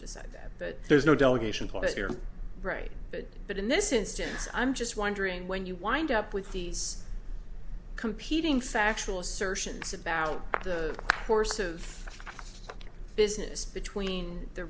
decide that there's no delegation plus you're right but in this instance i'm just wondering when you wind up with these competing factual assertions about the course of business between the